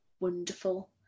Wonderful